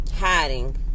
Hiding